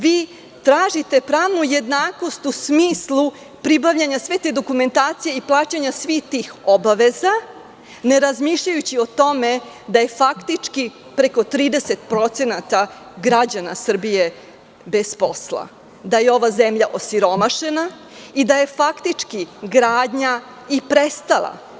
Vi tražite pravnu jednakost u smislu pribavljanja sve te dokumentacije i plaćanja svih tih obaveza, ne razmišljajući o tome da je faktički preko 30% građana Srbije bez posla, da je ova zemlja osiromašena i da je faktički gradnja prestala.